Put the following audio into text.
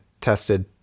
tested